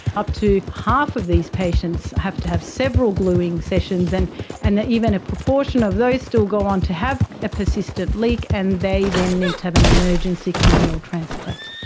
up to half of these patients have to have several gluing sessions, and and even a proportion of those still go on to have a persistent leak and they then need to have an emergency corneal transplant.